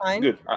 Good